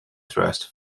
thrust